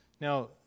Now